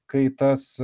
kai tas